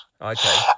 Okay